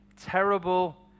terrible